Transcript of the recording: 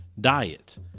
Diet